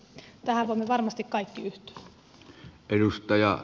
tähän voimme varmasti kaikki yhtyä